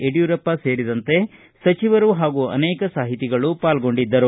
ಯಡಿಯೂರಪ್ಪ ಸೇರಿದಂತೆ ಸಚಿವರು ಹಾಗೂ ಅನೇಕ ಸಾಹಿತಿಗಳು ಪಾಲ್ಗೊಂಡಿದ್ದರು